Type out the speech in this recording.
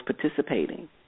participating